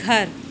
घर